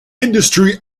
industry